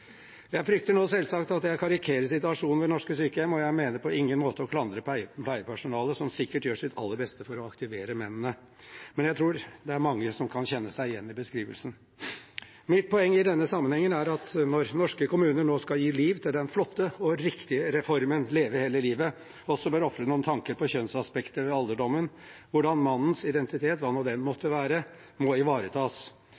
Jeg frykter nå selvsagt at jeg karikerer situasjonen ved norske sykehjem, og jeg mener på ingen måte å klandre pleiepersonalet, som sikkert gjør sitt aller beste for å aktivisere mennene, men jeg tror det er mange som kan kjenne seg igjen i beskrivelsen. Mitt poeng i denne sammenhengen er at når norske kommuner nå skal gi liv til den flotte og riktige reformen Leve hele livet, bør de også ofre noen tanker på kjønnsaspektet ved alderdommen – hvordan mannens identitet, hva nå